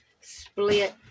split